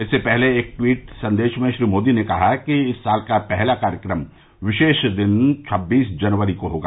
इससे पहले एक ट़वीट संदेश में श्री मोदी ने कहा कि इस साल का पहला कार्यक्रम विशेष दिन छब्बीस जनवरी को होगा